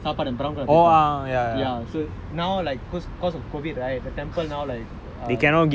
papadam brown colour paper ya so now like because of COVID right the temple now like eh